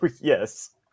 yes